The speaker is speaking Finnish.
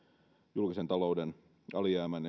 julkisen talouden alijäämän